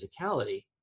physicality